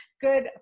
Good